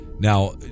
Now